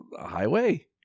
highway